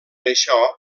això